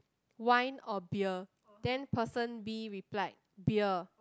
wine or beer then person B replied beer